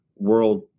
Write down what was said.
world